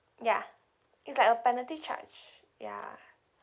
ya it's like a penalty charge ya